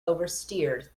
oversteered